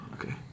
okay